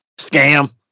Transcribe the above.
Scam